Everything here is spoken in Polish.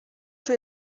czy